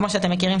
כמו שאתם מכירים,